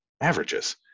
averages